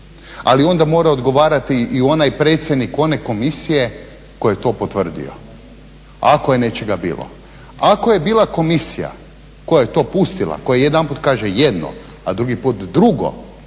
Ali onda mora odgovarati i onaj predsjednik one komisije koji je to potvrdio, ako je nečega bilo. Ako je bila komisija koja je to pustila, koja jedanput kaže jedno, a drugi put drugo